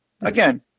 Again